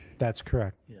that's correct.